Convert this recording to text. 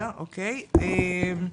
אוקיי, בסדר.